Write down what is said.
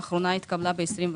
האחרונה התקבלה ב-21'.